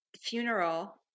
funeral